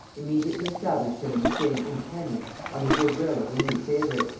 immediately established him in the same independence on the good will of the new favorite,